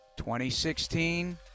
2016